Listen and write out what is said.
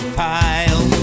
pile